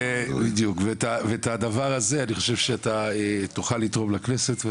ואת הדבר הזה אני חושב שאתה תוכל לתרום לכנסת.